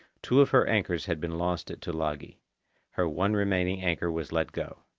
two of her anchors had been lost at tulagi. her one remaining anchor was let go.